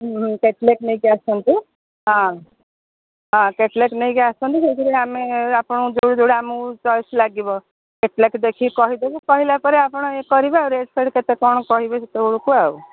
ହୁଁ କ୍ୟାଟ୍ଲଗ୍ ନେଇ ଆସନ୍ତୁ ହଁ ହଁ କ୍ୟାଟ୍ଲଗ୍ ନେଇକି ଆସନ୍ତୁ ସେଇଥିରୁ ଆମେ ଆପଣଙ୍କର ଯୋଉଟା ଯୋଉଟା ଆମକୁ ଚଏସ୍ ଲାଗିବ କ୍ୟାଟ୍ଲେଗ୍ ଦେଖିକି କହିଦେବୁ କହିଲା ପରେ ଆପଣ ୟେ କରିବେ ଆଉ ରେଟ୍ ଫେଟ୍ କେତେ କ'ଣ କହିବେ ସେତେବେଳକୁ ଆଉ